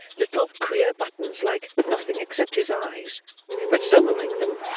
little queer buttons like nothing except his eyes but so like them,